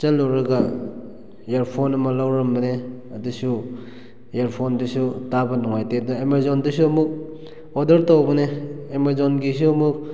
ꯆꯠꯂꯨꯔꯒ ꯏꯌꯥꯔꯐꯣꯟ ꯑꯃ ꯂꯧꯔꯝꯕꯅꯦ ꯑꯗꯨꯁꯨ ꯏꯌꯔꯐꯣꯟꯗꯨꯁꯨ ꯇꯥꯕ ꯅꯨꯡꯉꯥꯏꯇꯦ ꯑꯗꯨꯅ ꯑꯦꯃꯥꯖꯣꯟꯗꯁꯨ ꯑꯃꯨꯛ ꯑꯣꯔꯗꯔ ꯇꯧꯕꯅꯦ ꯑꯦꯃꯥꯖꯣꯟꯒꯤꯁꯨ ꯑꯃꯨꯛ